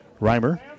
Reimer